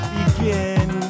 begin